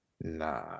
nah